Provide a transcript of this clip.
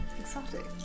Exotic